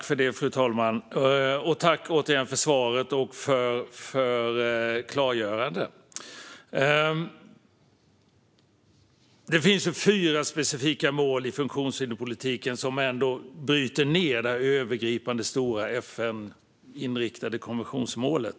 Fru talman! Tack, återigen, för svaret och för klargörande! Det finns fyra specifika mål i funktionshinderspolitiken som bryter ned det övergripande stora FN-inriktade konventionsmålet.